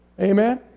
Amen